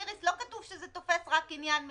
איריס, לא כתוב שזה תופס רק עניין מסוים.